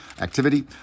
activity